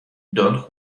don